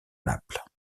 naples